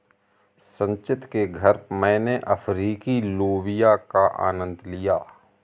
संचित के घर मैने अफ्रीकी लोबिया का आनंद लिया